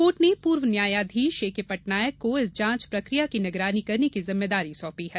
court ने पूर्व न्यायाधीश ए के पटनायक को इस जांच प्रकिया की निगरानी करने की जिम्मेदारी सौपी है